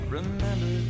Remember